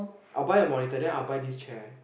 I'll buy a monitor then I'll buy this chair